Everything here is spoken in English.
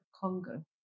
Congo